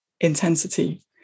intensity